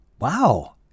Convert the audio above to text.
Wow